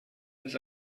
ist